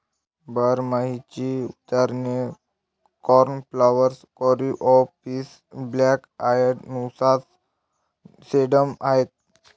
बारमाहीची उदाहरणे cornflower, coreopsis, black eyed Susan, sedum आहेत